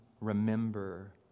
remember